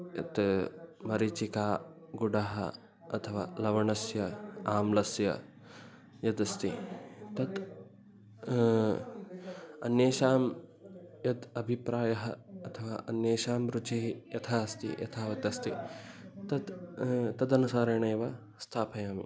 यत् मरिचिका गुडः अथवा लवणस्य आम्लस्य यदस्ति तत् अन्येषां यः अभिप्रायः अथवा अन्येषां रुचिः यथा अस्ति यथावदस्ति तत् तदनुसारेणे एव स्थापयामि